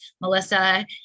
Melissa